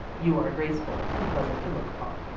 you are graceful and pleasant to look upon,